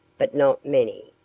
but not many.